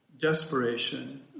desperation